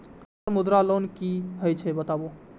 Sir Mudra loan की हे छे बताबू?